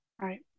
Right